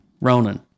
Ronan